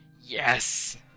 Yes